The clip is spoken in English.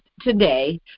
today